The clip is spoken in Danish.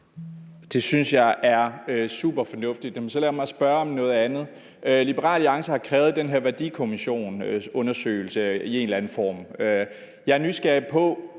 Det synes jeg er super fornuftigt. Så lad mig spørge om noget andet. Liberal Alliance har krævet den her værdikommissionsundersøgelse i en eller anden form.